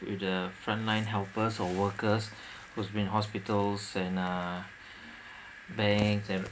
with the frontline helpers or workers who's been hospitals and uh banks and